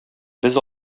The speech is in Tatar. без